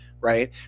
right